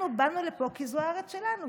באנו לפה כי זאת הארץ שלנו.